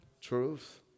Truth